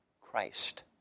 Christ